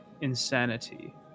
insanity